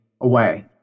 away